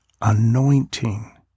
anointing